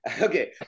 okay